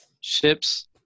ships